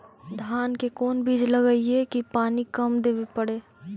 धान के कोन बिज लगईऐ कि पानी कम देवे पड़े?